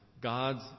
God's